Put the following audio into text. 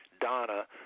Donna